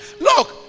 Look